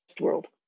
world